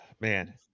Man